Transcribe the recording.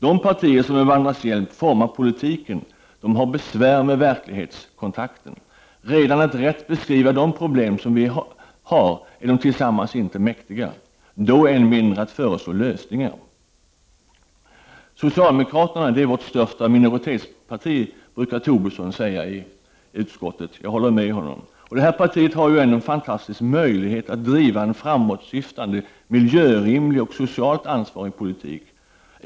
De partier som med varandras hjälp formar politiken har besvär med verklighetskontakten. Redan att rätt beskriva problem som vi har är de tillsammans inte mäktiga — än mindre att föreslå lösningar. Socialdemokraterna är vårt största minoritetsparti, brukar Tobisson säga i utskottet. Jag håller med honom. Det partiet har en fantastisk möjlighet att driva en framåtsyftande, miljörimlig och socialt ansvarig politik.